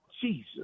Jesus